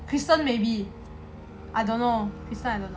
crystal maybe I don't know you sign or not